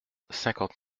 cinquante